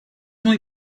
muy